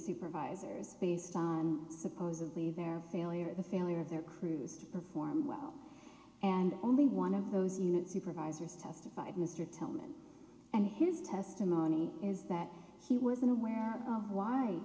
supervisors based on supposedly their failure or the failure of their crews performed well and only one of those units supervisors testified mr talmage and his testimony is that he wasn't aware of why